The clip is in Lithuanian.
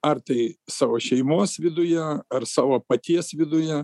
ar tai savo šeimos viduje ar savo paties viduje